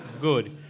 Good